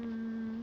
mm